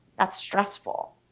that's stressful.